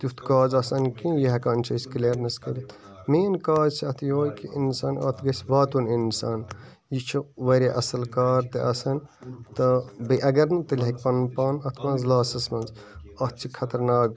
تِیٛتھ کاز آسان کہِ یہِ ہیٚکان چھِ أسۍ کِلیرنیٚس کٔرِتھ مین کاز چھُ اَتھ یِہوے کہِ اِنسان اَتھ گژھہِ واتُن اِنسان یہِ چھُ واریاہ اصٕل کار تہِ آسان تہٕ بیٚیہِ اَگَر نہٕ تیٚلہِ ہیٚکہِ پَنُن پان اتھ مَنٛز لاسَس مَنٚز اَتھ چھِ خطرناک